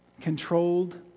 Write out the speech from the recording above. controlled